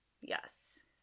Yes